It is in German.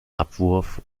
abwurf